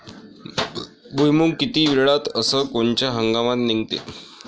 भुईमुंग किती वेळात अस कोनच्या हंगामात निगते?